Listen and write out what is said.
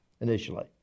initially